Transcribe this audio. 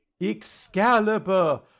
Excalibur